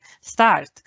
start